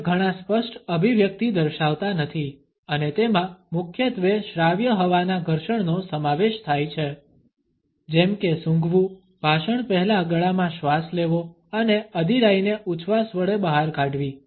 અન્ય ઘણા સ્પષ્ટ અભિવ્યક્તિ દર્શાવતા નથી અને તેમાં મુખ્યત્વે શ્રાવ્ય હવાના ઘર્ષણનો સમાવેશ થાય છે જેમ કે સૂંઘવુ ભાષણ પહેલા ગળામાં શ્વાસ લેવો અને અધીરાઈને ઉચ્છવાસ વડે બહાર કાઢવી